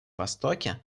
востоке